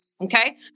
Okay